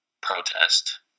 protest